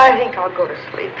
i think i'll go to sleep